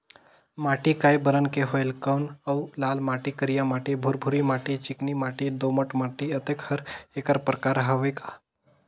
माटी कये बरन के होयल कौन अउ लाल माटी, करिया माटी, भुरभुरी माटी, चिकनी माटी, दोमट माटी, अतेक हर एकर प्रकार हवे का?